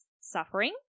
suffering